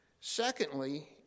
secondly